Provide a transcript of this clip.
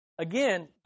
Again